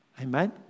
Amen